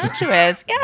yes